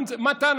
מתן,